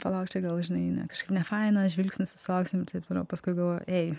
palauk čia gal žinai kažkaip nefaina žvilgsnių susilauksim taip toliau paskui jei